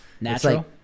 Natural